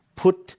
put